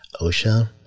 OSHA